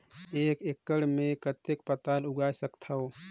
एक एकड़ मे कतेक पताल उगाय सकथव?